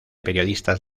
periodistas